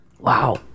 Wow